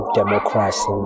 democracy